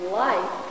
life